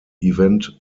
event